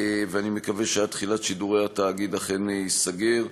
ואני מקווה שעד תחילת שידורי התאגיד הוא אכן ייסגר.